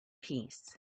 peace